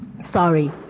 Sorry